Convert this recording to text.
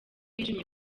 yishimiye